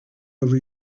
over